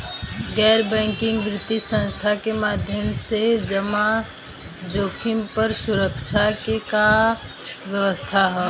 गैर बैंकिंग वित्तीय संस्था के माध्यम से जमा जोखिम पर सुरक्षा के का व्यवस्था ह?